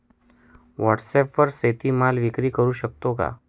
व्हॉटसॲपवर शेती माल विक्री करु शकतो का?